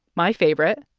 my favorite,